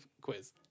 quiz